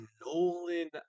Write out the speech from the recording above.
Nolan